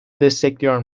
destekliyor